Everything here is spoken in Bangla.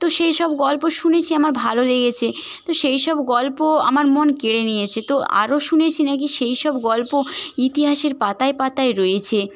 তো সেইসব গল্প শুনেছি আমার ভালো লেগেছে সেইসব গল্প আমার মন কেড়ে নিয়েছে তো আরও শুনেছি নাকি সেইসব গল্প ইতিহাসের পাতায় পাতায় রয়েছে